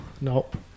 Nope